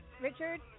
Richard